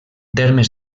termes